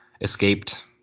escaped